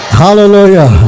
hallelujah